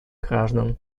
граждан